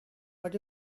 but